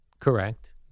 Correct